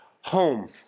home